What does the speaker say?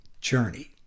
journey